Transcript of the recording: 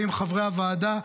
ועם חברי הוועדה,